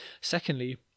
Secondly